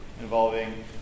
involving